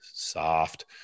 soft